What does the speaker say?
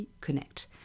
connect